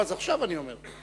אז עכשיו אני אומר.